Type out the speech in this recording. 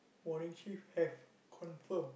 morning shift have confirm